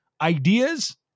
ideas